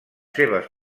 seves